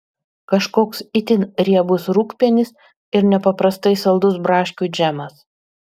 kažkoks itin riebus rūgpienis ir nepaprastai saldus braškių džemas